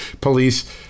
police